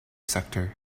sector